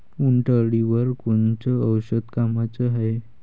उंटअळीवर कोनचं औषध कामाचं हाये?